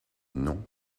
non